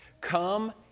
Come